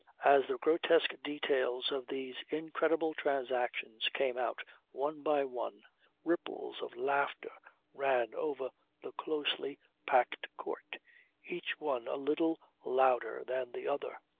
as the grotesque details of these incredible transactions came out one by one ripples of laughter ran over the closely packed court each one a little louder than the other.